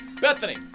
Bethany